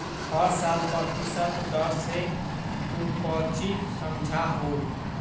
हर साल प्रतिशत दर से तू कौचि समझा हूँ